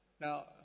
Now